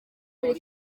buri